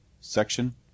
Section